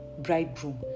bridegroom